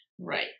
Right